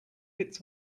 fits